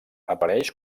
apareix